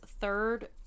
third